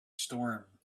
storm